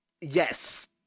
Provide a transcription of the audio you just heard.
Yes